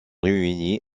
réunie